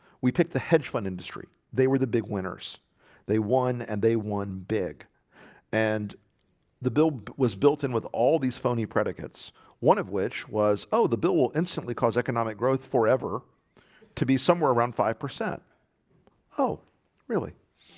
we picked the hedge fund industry they were the big winners they won and they won big and the build was built in with all these phony predicates one of which was oh the bill will instantly cause economic growth forever to be somewhere around five percent oh really?